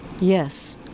Yes